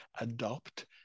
adopt